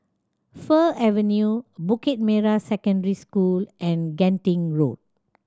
Fir Avenue Bukit Merah Secondary School and Genting Road